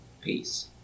peace